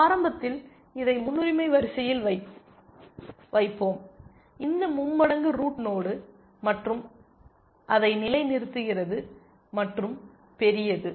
ஆரம்பத்தில் இதை முன்னுரிமை வரிசையில் வைப்போவோம் இந்த மும்மடங்கு ரூட் நோடு மற்றும் அதை நிலைநிறுத்துகிறது மற்றும் பெரியது